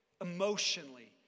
emotionally